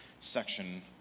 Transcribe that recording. section